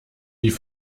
die